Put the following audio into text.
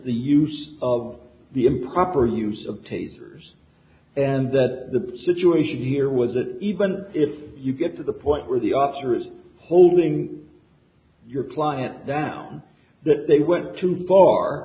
the use of the improper use of tasers and that the situation here was that even if you get to the point where the officer is holding your client down that they went too far